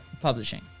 publishing